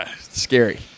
scary